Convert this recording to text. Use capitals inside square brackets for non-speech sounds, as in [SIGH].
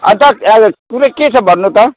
अन्त [UNINTELLIGIBLE] कुरा के छ भन्नु त